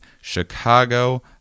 Chicago